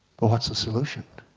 but what's the solution?